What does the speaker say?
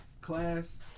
class